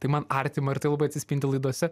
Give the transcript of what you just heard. tai man artima ir tai labai atsispindi laidose